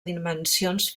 dimensions